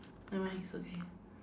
nevermind it's okay